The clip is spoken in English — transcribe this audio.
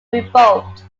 revolt